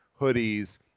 hoodies